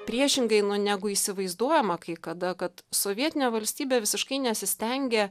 priešingai nu negu įsivaizduojama kai kada kad sovietinė valstybė visiškai nesistengė